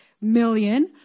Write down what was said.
million